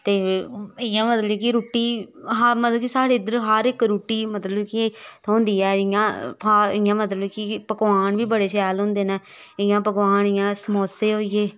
ते इ'यां मतलब कि रुट्टी हा मतलब कि साढ़े इद्धर हर इक रुट्टी मतलब कि थ्होंदी ऐ इ'यां इ'यां मतलब कि पकोआन बी बड़े शैल होंदे न इ'यां पकोआन इ'यां समोसे होई गे